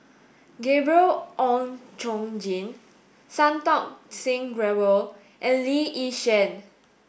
Gabriel Oon Chong Jin Santokh Singh Grewal and Lee Yi Shyan